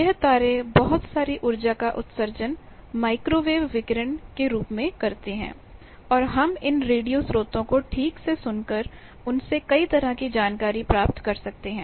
यह तारे बहुत सारी ऊर्जा का उत्सर्जन "माइक्रोवेव विकिरण" के रूप में करते हैं और हम इन रेडियो स्रोतों को ठीक से सुनकर उनसे कई तरह की जानकारी प्राप्त कर सकते हैं